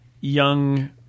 young